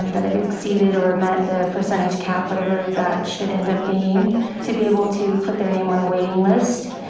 um that have exceeded or met the percentage cap, whatever that should end up being to be able to put their name on a waiting list.